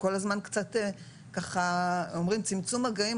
כל הזמן ככה אומרים צמצום מגעים,